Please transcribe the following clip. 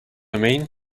mean